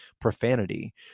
profanity